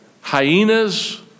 Hyenas